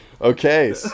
okay